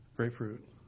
grapefruit